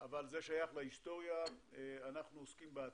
אבל זה שייך להיסטוריה ואנחנו עוסקים בעתיד.